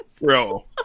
Bro